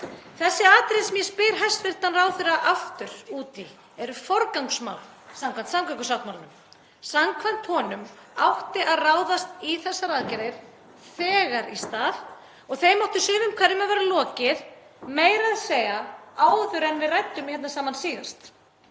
Þessi atriði sem ég spyr hæstv. ráðherra aftur út í eru forgangsmál samkvæmt samgöngusáttmálanum. Samkvæmt honum átti að ráðast í þessar aðgerðir þegar í stað og þeim átti sumum hverjum að vera lokið, meira að segja áður en við ræddum hér saman síðast.